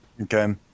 Okay